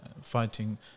fighting